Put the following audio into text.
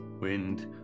wind